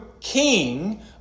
king